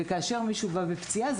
וכאשר מישהו כבר בא בעקבות פציעה אז